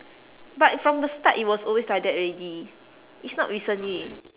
but from the start it was always like that already it's not recently